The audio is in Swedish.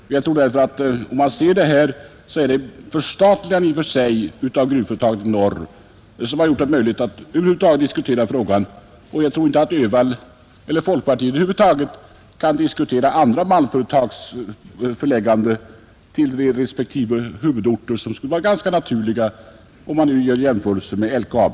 Det är alltså själva förstatligandet av gruvföretaget i norr som har gjort det möjligt att över huvud taget diskutera frågan, och jag tror inte att herr Öhvall eller övriga folkpartiledamöter kan diskutera förläggandet av andra malmföretags huvudkontor till de respektive huvudorter som skulle vara ganska naturliga på samma sätt som beträffande LKAB.